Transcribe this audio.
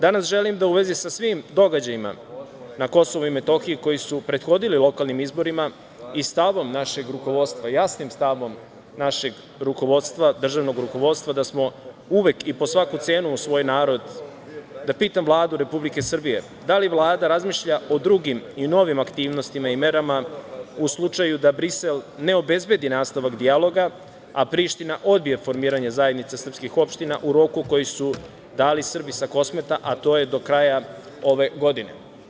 Danas želim da u vezi sa svim događajima na KiM, koji su prethodili lokalnim izborima i stavom našeg rukovodstva, jasnim stavom našeg rukovodstva, državnog rukovodstva da smo uvek i po svaku cenu uz svoj narod, da pitam Vladu Republike Srbije - da li Vlada razmišlja o drugim i novim aktivnostima i merama u slučaju da Brisel ne obezbedi nastavak dijaloga, a Priština odbije formiranje Zajednice srpskih opština u roku koji su dali Srbi sa Kosmeta, a to je do kraja ove godine?